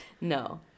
No